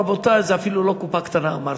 רבותי, זה אפילו לא קופה קטנה, אמרתי.